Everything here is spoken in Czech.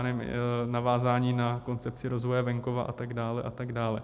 Já nevím, navázání na koncepci rozvoje venkova a tak dále a tak dále.